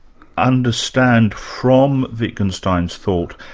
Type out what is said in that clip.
understand from wittgenstein's thought